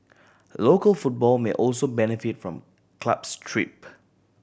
local football may also benefit from club's trip